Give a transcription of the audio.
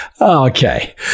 okay